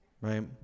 right